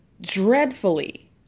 dreadfully